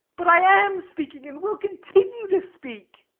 but i am speaking, and will continue to speak.